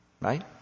Right